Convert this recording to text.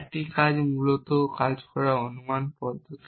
এটি মূলত কাজ করার ক্ষমতার অনুমান পদ্ধতি